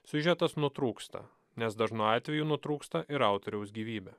siužetas nutrūksta nes dažnu atveju nutrūksta ir autoriaus gyvybė